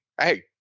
Hey